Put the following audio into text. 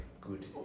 good